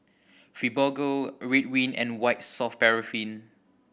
Fibogel Ridwind and White Soft Paraffin